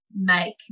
make